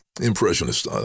impressionist